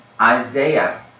Isaiah